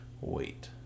wait